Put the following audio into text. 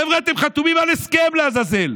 חבר'ה, אתם חתומים על הסכם, לעזאזל.